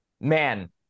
man